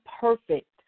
perfect